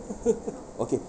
okay